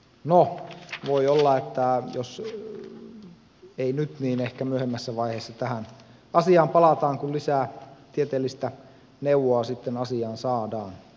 no voi olla että jos ei nyt niin ehkä myöhemmässä vaiheessa tähän asiaan palataan kun lisää tieteellistä neuvoa asiaan saadaan